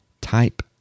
type